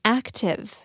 active